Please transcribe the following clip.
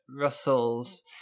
Russell's